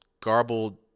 garbled